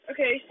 Okay